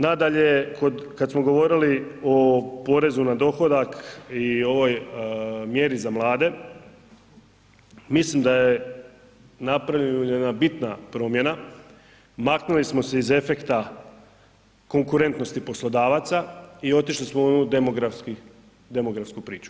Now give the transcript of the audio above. Nadalje, kad smo govorili o porezu na dohodak i ovoj mjeri za mlade, mislim da je napravljena bitna promjena, maknuli smo se iz efekta konkurentnosti poslodavaca i otišli smo u demografsku priču.